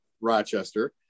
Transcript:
Rochester